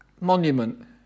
monument